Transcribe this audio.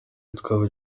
witwa